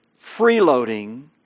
freeloading